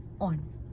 on